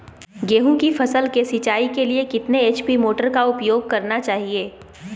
गेंहू की फसल के सिंचाई के लिए कितने एच.पी मोटर का उपयोग करना चाहिए?